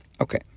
Okay